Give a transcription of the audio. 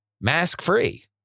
mask-free